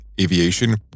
aviation